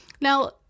Now